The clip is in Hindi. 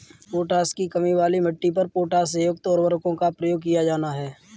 पोटाश की कमी वाली मिट्टी पर पोटाशयुक्त उर्वरकों का प्रयोग किया जाना है